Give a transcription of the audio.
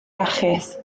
iachus